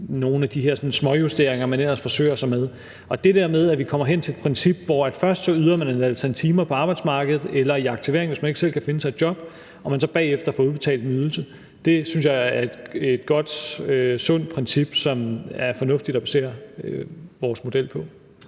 nogle af de her småjusteringer, man ellers forsøger sig med. Det der med, at vi kommer hen til et princip, hvor man først yder et antal timer på arbejdsmarkedet eller i aktivering, hvis man ikke selv kan finde sig et job, og hvor man bagefter får udbetalt en ydelse, synes jeg er et godt og sundt princip, som det er fornuftigt at basere vores model på.